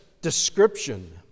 description